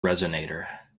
resonator